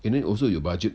and then also your budget